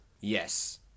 Yes